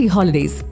Holidays